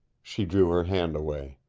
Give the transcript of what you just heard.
she drew her hand away.